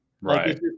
Right